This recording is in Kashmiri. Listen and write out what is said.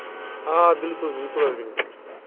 آ بِلکُل بِلکُل حظ بِلکُل حظ